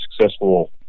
successful